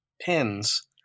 pins